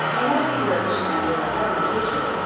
unless he were a missionary or a government agent,